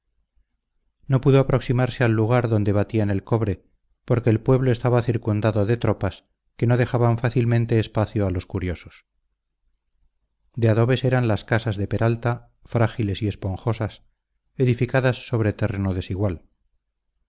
no pudo aproximarse al lugar donde batían el cobre porque el pueblo estaba circundado de tropas que no dejaban fácilmente espacio a los curiosos de adobes eran las casas de peralta frágiles y esponjosas edificadas sobre terreno desigual